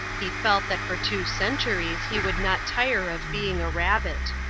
he felt that for two centuries he would not tire of being a rabbit.